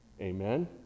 Amen